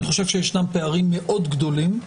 אני חושב שישנם פערים מאוד גדולים.